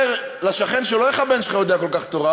אומר לשכן שלו: איך הבן שלך יודע כל כך תורה?